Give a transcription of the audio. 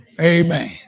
Amen